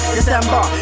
December